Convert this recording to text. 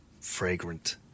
fragrant